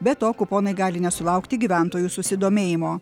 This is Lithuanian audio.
be to kuponai gali nesulaukti gyventojų susidomėjimo